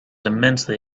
immensely